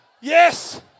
yes